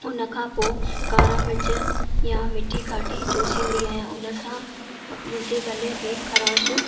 हुन खां पोइ कारा मिर्च या मीठी काठी चुसींदी आहियां हुन सां मुंहिंजे गले में खराश